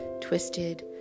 twisted